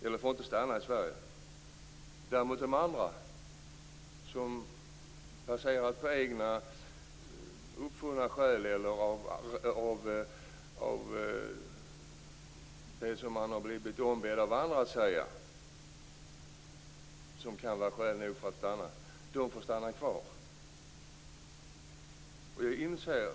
Däremot kan de andra som har egna uppfunna skäl eller säger det som de har blivit ombedda av andra att säga, som kan vara skäl nog för att få stanna, får stanna kvar.